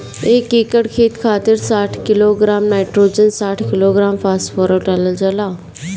एक एकड़ खेत खातिर साठ किलोग्राम नाइट्रोजन साठ किलोग्राम फास्फोरस डालल जाला?